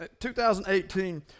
2018